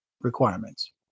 Requirements